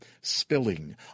spilling